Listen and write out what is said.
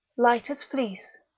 light as fleece,